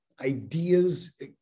ideas